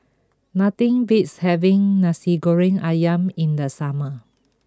nothing beats having Nasi Goreng Ayam in the summer